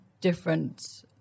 different